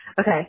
Okay